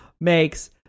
makes